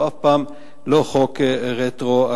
הוא אף פעם לא חוק רטרואקטיבי.